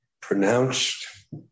pronounced